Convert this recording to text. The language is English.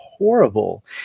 Horrible